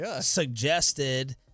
suggested